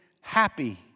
happy